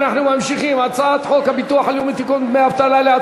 חברת הכנסת קסניה סבטלובה.